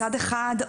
מצד אחד,